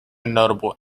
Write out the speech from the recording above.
notable